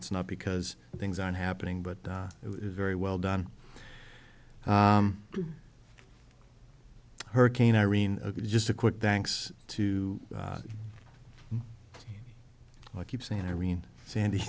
it's not because things aren't happening but it was very well done hurricane irene just a quick thanks to i keep saying irene sandy